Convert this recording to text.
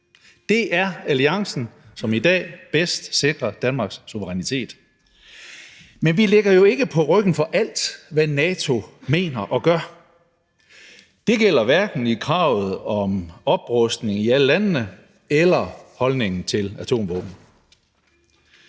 Det er alliancen, som i dag bedst sikrer Danmarks suverænitet. Men vi ligger jo ikke på ryggen for alt, hvad NATO mener og gør. Det gør vi hverken i forhold til kravet om oprustning i alle landene eller i forhold til holdningen til atomvåben.